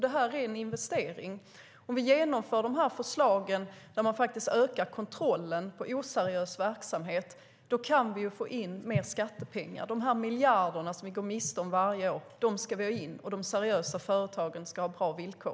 Det här är en investering, för om vi genomför de förslag där man ökar kontrollen av oseriös verksamhet kan vi få in mer skattepengar. De miljarder vi går miste om varje år ska vi ha in, och de seriösa företagen ska ha bra villkor.